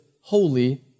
holy